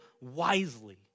wisely